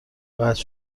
قطع